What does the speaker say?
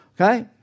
Okay